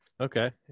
Okay